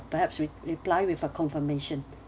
perhaps rep~ reply with a confirmation